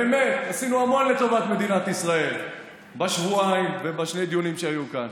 באמת עשינו המון לטובת מדינת ישראל בשבועיים ובשני הדיונים שהיו כאן.